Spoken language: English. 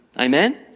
Amen